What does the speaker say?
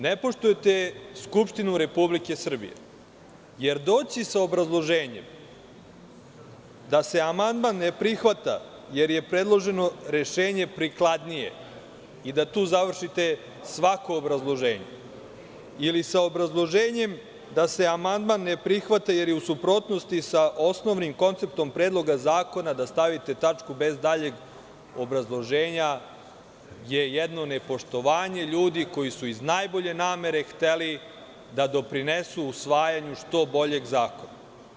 Ne poštujete Skupštinu Republike Srbije, jer doći sa obrazloženjem da se amandman ne prihvata jer je predloženo rešenje prikladnije i da tu završite svako obrazloženje ili sa obrazloženjem da se amandman ne prihvata jer je u suprotnosti sa osnovnim konceptom predloga zakona, da stavite tačku bez daljeg obrazloženja, je jedno nepoštovanje ljudi koji su iz najbolje namere hteli da doprinesu usvajanju što boljeg zakona.